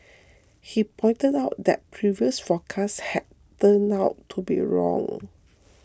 he pointed out that previous forecasts had turned out to be wrong